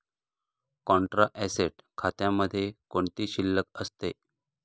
Contra asset खात्यामध्ये कोणती शिल्लक असते?